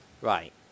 Right